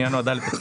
17